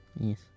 Yes